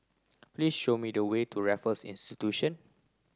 please show me the way to Raffles Institution